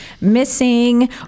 missing